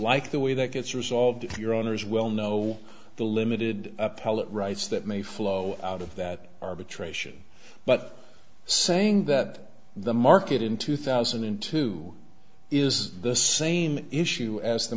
like the way that gets resolved your honour's will know the limited palette rights that may flow out of that arbitration but saying that the market in two thousand and two is the same issue as the